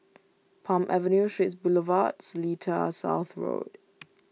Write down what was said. Palm Avenue Straits Boulevard Seletar South Road